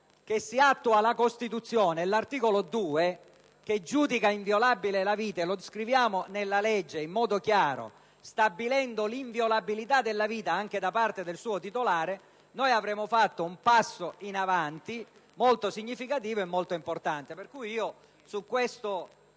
che si attua l'articolo 2 della Costituzione, che giudica inviolabile la vita, e lo scriviamo nella legge in modo chiaro, stabilendo l'inviolabilità della vita anche da parte del suo titolare, noi avremo fatto un passo in avanti molto significativo e molto importante. Pertanto io, proprio